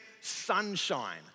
sunshine